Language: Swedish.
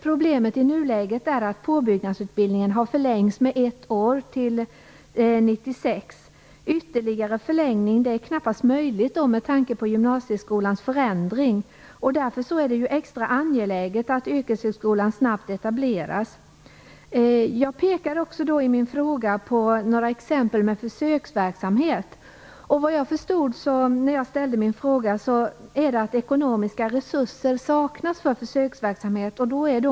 Problemet i nuläget är att påbyggnadsutbildningen har förlängts med ett år till 1996. Ytterligare förlängning är knappast möjlig med tanke på gymnasieskolan förändring. Därför är det extra angeläget att yrkeshögskolan snabbt etableras. Jag pekar i min fråga också på några exempel med försöksverksamhet. Såvitt jag förstod när jag ställde min fråga saknas ekonomiska resurser för försöksverksamhet.